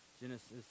Genesis